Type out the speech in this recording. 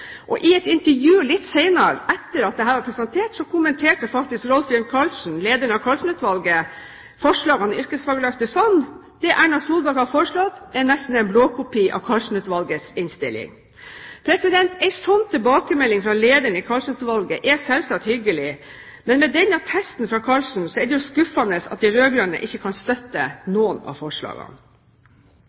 egenart. I et intervju litt senere, etter at dette var presentert, kommenterte faktisk Rolf Jørn Karlsen, lederen av Karlsen-utvalget, forslagene i Yrkesfagløftet slik: «Det Erna Solberg har foreslått, er en blåkopi av Karlsen-utvalgets innstilling.» En slik tilbakemelding fra lederen i Karlsen-utvalget er selvsagt hyggelig, men med denne attesten fra Karlsen er det skuffende at de rød-grønne ikke kan støtte noen av forslagene.